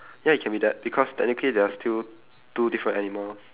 ya it can be that because technically they are still two different animal